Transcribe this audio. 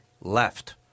left